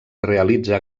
realitza